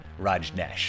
Rajnesh